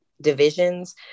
divisions